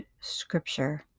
scripture